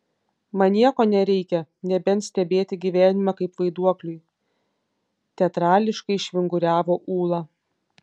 man nieko nereikia nebent stebėti gyvenimą kaip vaiduokliui teatrališkai išvinguriavo ūla